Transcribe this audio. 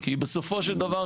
כי בסופו של דבר,